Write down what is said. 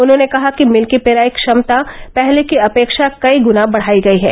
उन्होंने कहा कि मिल की पेराई क्षमता पहले की अपेक्षा कई गना बढाई गयी है